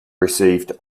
received